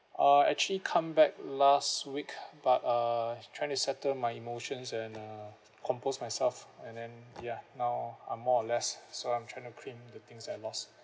uh actually come back last week but uh trying to settle my emotions and uh compose myself and then ya now I'm more or less so I'm trying to claim the things that I lost